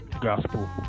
gospel